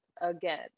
again